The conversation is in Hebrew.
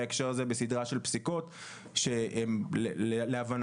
בהקשר הזה בסידרה של פסיקות שהם להבנתי,